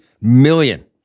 million